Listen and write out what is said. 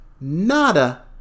nada